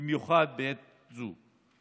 במיוחד בעת הזאת.